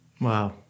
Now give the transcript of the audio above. Wow